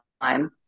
time